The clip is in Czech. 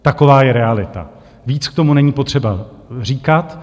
Taková je realita, víc k tomu není potřeba říkat.